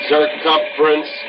Circumference